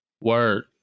Word